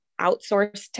outsource